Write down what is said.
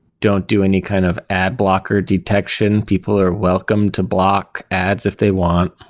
don't do any kind of ad blocker detection. people are welcome to block ads if they want,